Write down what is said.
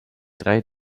drei